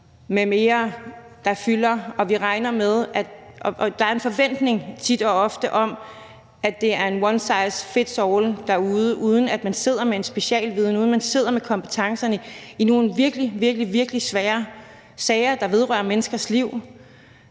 m.m., der fylder, og hvor der tit og ofte er en forventning om, at det er one size fits all derude, uden at man sidder med en specialviden, og uden at man sidder med kompetencerne, i nogle virkelig, virkelig svære sager, der vedrører menneskers liv.